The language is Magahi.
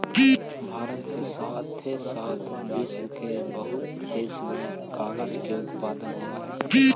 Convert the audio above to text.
भारत के साथे साथ विश्व के बहुते देश में कागज के उत्पादन होवऽ हई